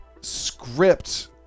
Script